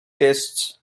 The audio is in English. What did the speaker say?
tastes